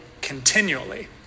continually